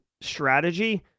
strategy